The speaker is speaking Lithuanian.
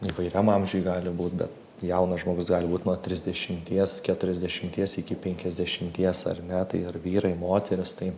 įvairiam amžiui gali būt bet jaunas žmogus gali būt nuo trisdešimties keturiasdešimties iki penkiasdešimties ar ne tai ar vyrai moterys tai